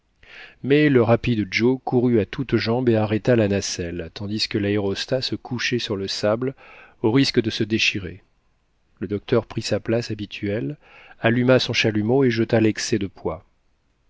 mais le rapide joe courut à toutes jambes et arrêta la nacelle tandis que l'aérostat se couchait sur le sable au risque de se déchirer le docteur prit sa place habituelle alluma son chalumeau et jeta l'excès de poids